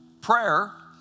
prayer